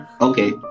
Okay